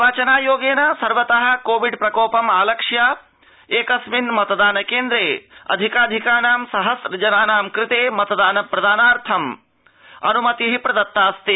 निर्वाचनायोगेन सर्वतः कोविड प्रकोपम् आलक्ष्य एकस्मिन् मतदान केन्द्रे अधिकाधिकानां सहस्र जनानां कृते मत प्रदानार्थम् अनुमतिः प्रदत्ता अस्ति